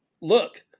Look